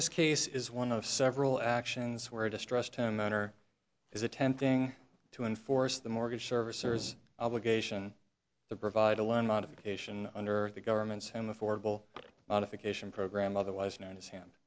this case is one of several actions where distrust him owner is attempting to enforce the mortgage servicers obligation to provide a loan modification under the government's him affordable modification program otherwise known as hand